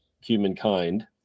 humankind